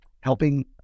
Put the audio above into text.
helping